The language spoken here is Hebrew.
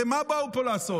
הרי מה באו פה לעשות?